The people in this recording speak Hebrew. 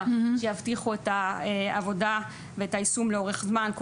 שיבטיחו את העבודה ואת היישום לאורך זמן,